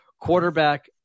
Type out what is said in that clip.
Quarterback